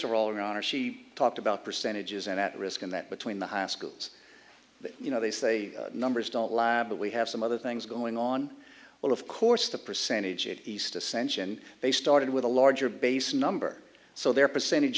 of all around her she talked about percentages and at risk in that between the high schools you know they say numbers don't lag but we have some other things going on well of course the percentage at least ascension they started with a larger base number so their percentage